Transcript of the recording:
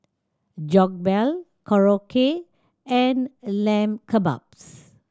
Jokbal Korokke and Lamb Kebabs